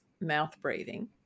mouth-breathing